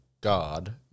God